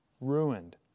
ruined